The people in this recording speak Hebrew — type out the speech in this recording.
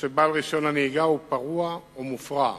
או שבעל רשיון הנהיגה הוא פרוע או מופרע".